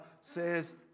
says